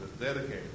dedicated